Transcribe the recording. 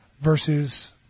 Versus